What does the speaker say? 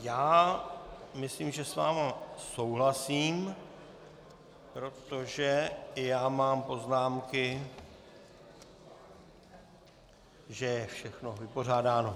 Já myslím, že s vámi souhlasím, protože i já mám poznámky, že je všechno vypořádáno.